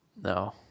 no